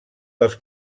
dels